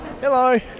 Hello